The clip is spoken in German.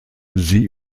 sie